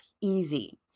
easy